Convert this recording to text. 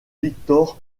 victor